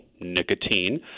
nicotine